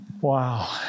Wow